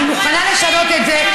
אני מוכנה לשנות את זה.